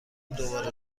دوباره